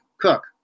Cook